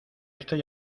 estoy